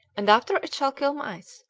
and after it shall kill mice,